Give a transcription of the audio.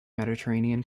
mediterranean